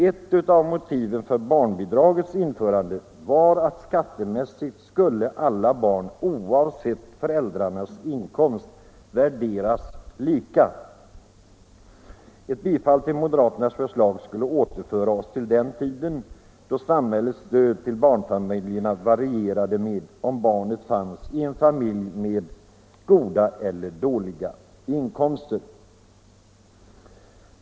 Ett av motiven för barnbidragets införande var att alla barn skattemässigt skulle värderas lika, oavsett föräldrarnas inkomst. Ett bifall till moderaternas förslag skulle återföra oss till den tid då samhällets stöd till barnfamiljerna varierade med hänsyn till om barnet levde i en familj med goda eller dåliga inkomster.